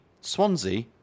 Swansea